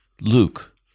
Luke